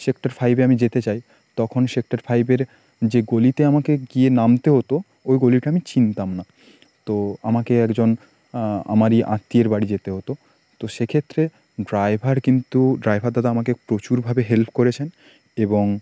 sector ফাইভে আমি যেতে চাই তখন সেক্টর ফাইভের যে গলিতে আমাকে গিয়ে নামতে হতো ওই গলিটা আমি চিনতাম না তো আমাকে একজন আমারই আত্মীয়ের বাড়ি যেতে হতো তো সেক্ষেত্রে ড্রাইভার কিন্তু ড্রাইভার দাদা আমাকে প্রচুরভাবে হেল্প করেছেন এবং